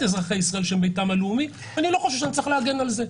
אזרחי ישראל שזה ביתם הלאומי אני לא חושב שאני צריך להגן על זה.